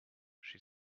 she